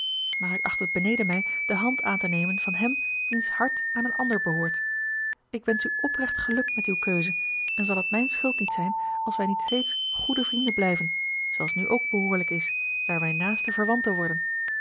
maar ik acht het beneden mij de hand aan te nemen van hem wiens hart aan eene andere behoort ik wensch u oprecht geluk met uwe keuze en zal het mijne schuld niet zijn als wij niet steeds goede vrienden blijven zooals nu ook behoorlijk is daar wij naaste verwanten worden